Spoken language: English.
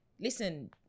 listen